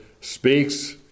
speaks